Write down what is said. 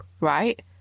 right